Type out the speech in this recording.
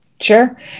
Sure